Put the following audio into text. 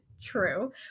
true